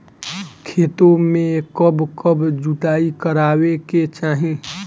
खेतो में कब कब जुताई करावे के चाहि?